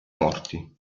morti